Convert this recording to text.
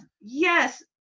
yes